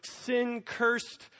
sin-cursed